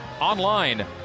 online